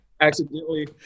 accidentally